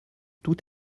tout